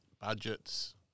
budgets